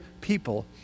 people